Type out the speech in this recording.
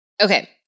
Okay